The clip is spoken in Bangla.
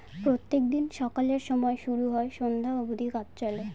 প্রত্যেক দিন সকালের সময় শুরু হয় সন্ধ্যা অব্দি কাজ চলে